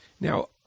Now